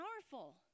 powerful